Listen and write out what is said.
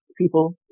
people